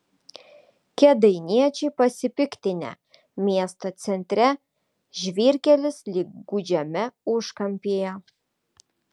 kėdainiečiai pasipiktinę miesto centre žvyrkelis lyg gūdžiame užkampyje